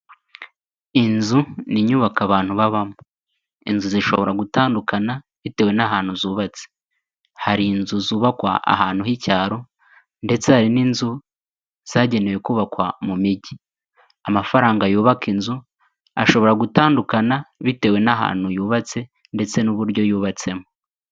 Inzu ni inyubako abantu babamo. Inzu zishobora gutandukana bitewe n'ahantu zubatse. Hari inzu zubakwa ahantu h'icyaro ndetse hari n'inzu zagenewe kubakwa mu mijyi. Amafaranga yubaka inzu ashobora gutandukana bitewe n'ahantu yubatse ndetse n'uburyo yubatsemo.